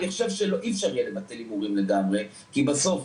אני חושב שאי אפשר יהיה לבטל הימורים לגמרי כי בסוף,